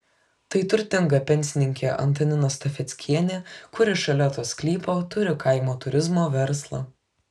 tai turtinga pensininkė antanina stafeckienė kuri šalia to sklypo turi kaimo turizmo verslą